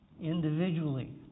individually